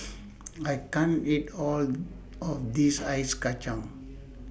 I can't eat All of This Ice Kachang